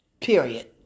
period